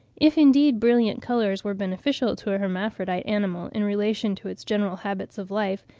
if, indeed, brilliant colours were beneficial to a hermaphrodite animal in relation to its general habits of life,